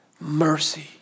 mercy